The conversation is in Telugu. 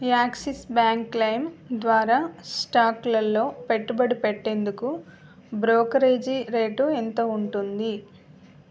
యాక్సిస్ బ్యాంక్ లైమ్ ద్వారా స్టాక్లల్లో పెట్టుబడి పెట్టేందుకు బ్రోకరేజీ రేటు ఎంత ఉంటుంది